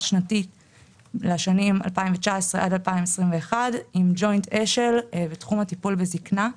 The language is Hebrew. שנתי לשנים 2019 עד 2021 עם ג'וינט-אשל בתחום הטיפול בזיקנה.